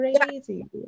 crazy